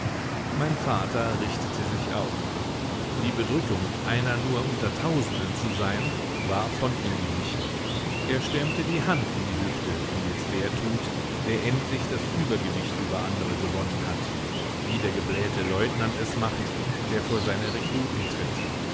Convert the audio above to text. mein vater richtete sich auf die bedrückung einer nur unter tausenden zu sein war von ihm gewichen er stemmte die hand in die hüfte wie es der tut der endlich das übergewicht über andere gewonnen hat wie der geblähte leutnant es macht der vor seine rekruten tritt